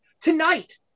tonight